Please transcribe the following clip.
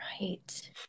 Right